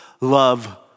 love